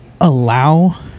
allow